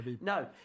no